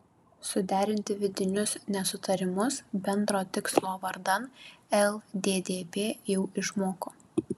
suderinti vidinius nesutarimus bendro tikslo vardan lddp jau išmoko